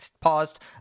paused